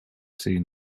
seen